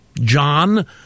John